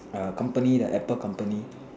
company the apple company